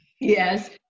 Yes